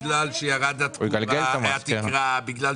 בגלל שירדה התקרה וכו'